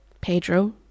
Pedro